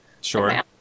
sure